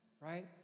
right